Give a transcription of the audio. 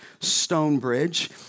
Stonebridge